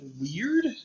weird